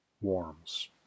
warms